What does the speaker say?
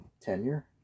tenure